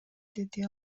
деди